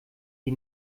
die